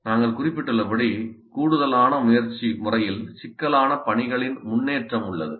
நாங்கள் குறிப்பிட்டுள்ளபடி கூடுதலான முறையில் சிக்கலான பணிகளின் முன்னேற்றம் உள்ளது